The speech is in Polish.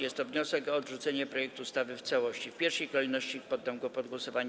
Jest to wniosek o odrzucenie projektu ustawy w całości i w pierwszej kolejności poddam go pod głosowanie.